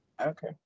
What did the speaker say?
Okay